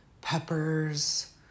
peppers